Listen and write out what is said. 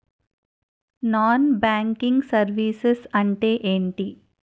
Non banking services అంటే ఎంటి?